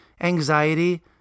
anxiety